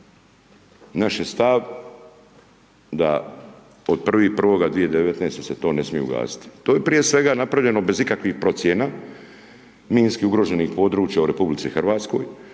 Naš je stav da od 1.1.2019.-te se to ne smije ugasiti. To je prije svega napravljeno bez ikakvih procjena minski ugroženih područja u RH, znamo